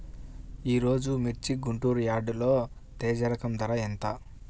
ఈరోజు మిర్చి గుంటూరు యార్డులో తేజ రకం ధర ఎంత?